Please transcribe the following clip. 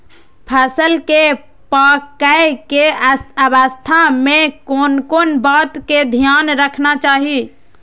फसल के पाकैय के अवस्था में कोन कोन बात के ध्यान रखना चाही?